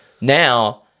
Now